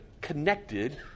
connected